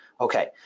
Okay